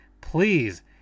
Please